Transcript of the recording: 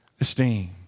esteem